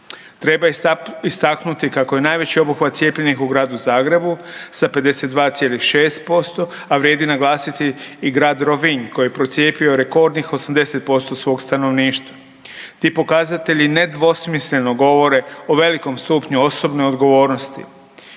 Treba istaknuti kako je najveći obuhvat cijepljenih u gradu Zagrebu sa 52,6% a vrijedi naglasiti i grad Rovinj koji je procijepio rekordnih 80% svog stanovništva. Ti pokazatelji nedvosmisleno govore o velikom stupnju osobne odgovornosti